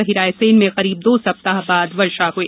वहीं रायसेन में करीब दो सप्ताह बाद वर्षा हुई